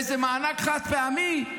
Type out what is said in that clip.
באיזה מענק חד-פעמי.